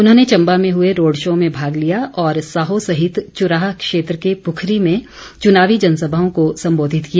उन्होंने चम्बा में हुए रोड शो में भाग लिया और साहो सहित चुराह क्षेत्र के पुखरी में चुनावी जनसभाओं को सम्बोधित किया